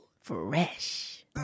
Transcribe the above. Fresh